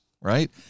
right